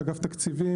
אגף תקציבים,